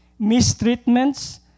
mistreatments